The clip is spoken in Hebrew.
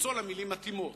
למצוא לה מלים מתאימות.